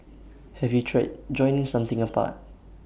have you tried joining something apart